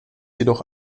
jedoch